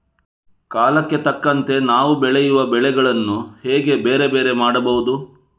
ಕಾಲಕ್ಕೆ ತಕ್ಕಂತೆ ನಾವು ಬೆಳೆಯುವ ಬೆಳೆಗಳನ್ನು ಹೇಗೆ ಬೇರೆ ಬೇರೆ ಮಾಡಬಹುದು?